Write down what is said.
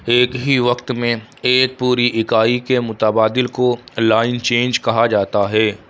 ایک ہی وقت میں ایک پوری اکائی کے متبادل کو الائن چینج کہا جاتا ہے